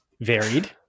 varied